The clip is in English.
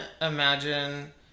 imagine